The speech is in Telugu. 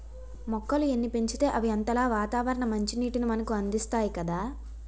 మొక్కలు ఎన్ని పెంచితే అవి అంతలా వాతావరణ మంచినీటిని మనకు అందిస్తాయి కదా